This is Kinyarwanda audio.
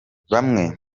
bamwe